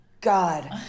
God